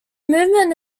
movement